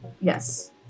yes